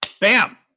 Bam